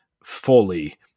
fully